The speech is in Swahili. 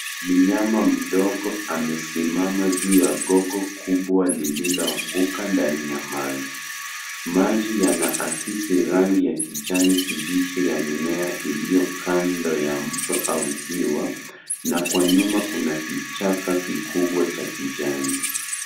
Mnyama mdogo amesimama juu ya gogo kubwa lililoanguka ndani ya maji. Maji yanaakisi rangi ya kijani kibichi ya mimea iliyo kando ya mto au ziwa na kwa nyuma kuna kichaka kikubwa cha kijani.